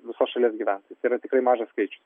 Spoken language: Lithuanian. visos šalies gyventojų tai yra tikrai mažas skaičius